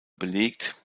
belegt